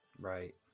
Right